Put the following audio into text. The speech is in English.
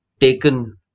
taken